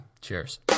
Cheers